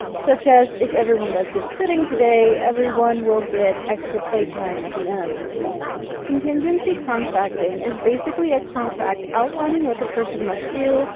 such as, if everyone does good sitting today, everyone will get extra playtime at the end or something. contingency contracting is basically a contract outlining what the person must do,